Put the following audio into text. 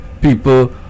people